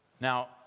Now